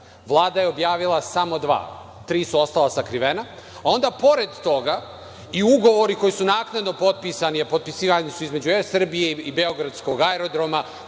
Vlada je objavila samo dva, tri su ostala sakrivena. Onda, pored toga, i ugovori koji su naknadno potpisani, a potpisivani su između „Er Srbije“ i beogradskog aerodroma,